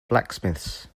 blacksmiths